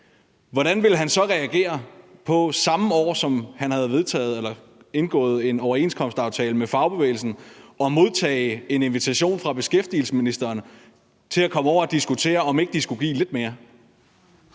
hvordan ville han så reagere på samme år, som han havde indgået en overenskomstaftale med fagbevægelsen, at modtage en invitation fra beskæftigelsesministeren til at komme over og diskutere, om ikke de skulle give lidt mere?